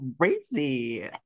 crazy